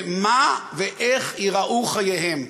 ואיך ייראו חייהם?